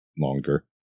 longer